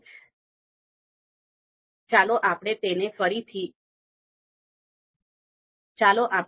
જો કે ઈલેકટેર ના કિસ્સામાં સામાન્ય અથવા અંતરાલ ધોરણનો પણ ઉપયોગ કરી શકાય છે